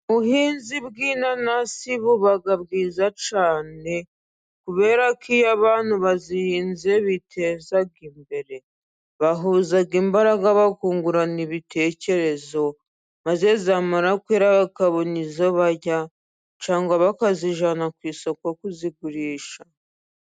Ubuhinzi bw'inanasi buba bwiza cyane, kubera ko iyo abantu bazihinze biteza imbere. Bahuza imbaraga bakungurana ibitekerezo, maze zamara kwera bakabona izo barya, cyangwa bakazijyana ku isoko kuzigurisha.